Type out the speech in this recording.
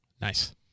Nice